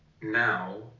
now